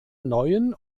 neuen